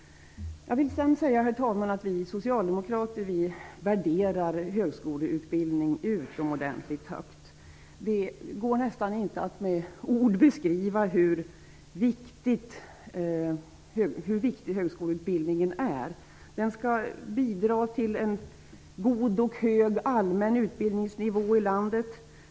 Herr talman! Vi socialdemokrater värderar högskoleutbildningen utomordentligt högt. Det går nästan inte att med ord beskriva hur viktig högskoleutbildningen är. Den skall bidra till en god och hög allmän utbildningsnivå i landet.